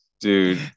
dude